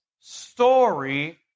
story